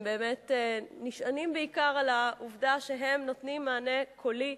שנשענים בעיקר על העובדה שהם נותנים מענה קולי,